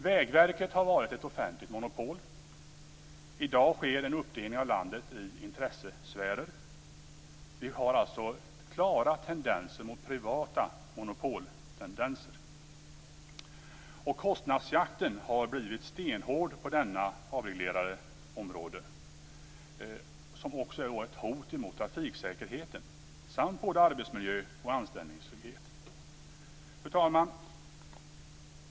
Vägverket har varit ett offentligt monopol. I dag sker en uppdelning av landet i intressesfärer. Vi har alltså klara tendenser mot privata monopol. Kostnadsjakten har blivit stenhård på detta avreglerade område, något som också är ett hot mot trafiksäkerheten - liksom mot både arbetsmiljö och anställningstrygghet. Fru talman!